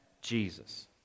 Jesus